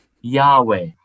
Yahweh